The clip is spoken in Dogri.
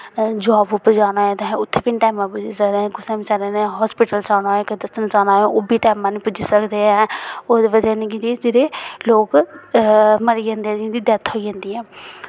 जॉब उप्पर जाना होऐ ते उ'त्थें बी निं टैमां दे पुज्जी सकदे कुसै बचैरे ने हॉस्पिटल जाना होऐ कुदै दस्सन जाना होऐ ओह्बी टैमां निं पुज्जी सकदे ऐ ओह्दी बजह् नै कि जेह्ड़े लोग मरी जंदे जिं'दी डेथ होई जंदी ऐ